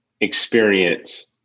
experience